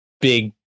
big